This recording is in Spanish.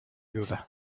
duda